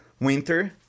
winter